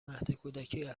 مهدکودکی